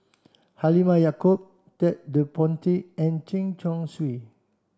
Halimah Yacob Ted De Ponti and Chen Chong Swee